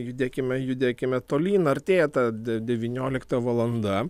judėkime judėkime tolyn artėja ta de devyniolikta valanda